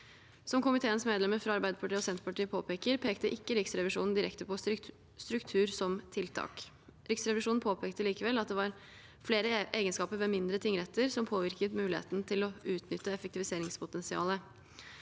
Som komiteens medlemmer fra Arbeiderpartiet og Senterpartiet påpeker, pekte ikke Riksrevisjonen direkte på struktur som tiltak. Riksrevisjonen påpekte likevel at det var flere egenskaper ved mindre tingretter som påvirket muligheten til å utnytte effektiviseringspotensialet.